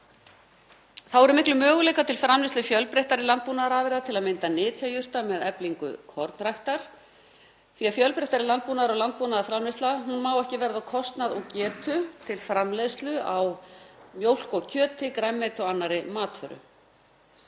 Þá eru miklir möguleikar til framleiðslu fjölbreyttari landbúnaðarafurða, til að mynda nytjajurta með eflingu kornræktar. Fjölbreyttari landbúnaður og landbúnaðarframleiðsla má ekki verða á kostnað og getu til framleiðslu á mjólk, kjöti, grænmeti og annarri matvöru.